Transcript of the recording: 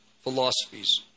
philosophies